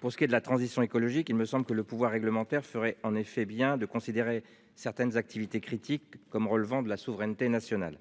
Pour ce qui est de la transition écologique. Il me semble que le pouvoir réglementaire ferait en effet bien de considérer certaines activités critiques comme relevant de la souveraineté nationale